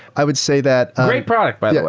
i would say that great product by the way.